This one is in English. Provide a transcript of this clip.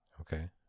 Okay